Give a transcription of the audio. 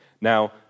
Now